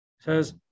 Says